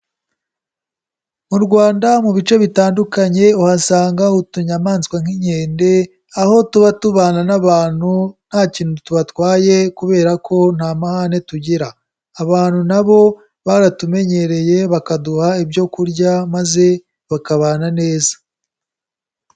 Mu Rwanda mu bice bitandukanye uhasanga utunyamaswa nk'inkende, aho tuba tubana n'abantu nta kintu tubatwaye, kubera ko nta mahane tugira. abantu na bo baratumenyereye bakaduha ibyo kurya, maze bakabana neza.